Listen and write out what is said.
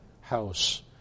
house